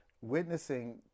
Witnessing